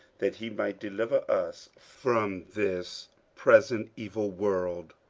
that he might deliver us from this present evil world,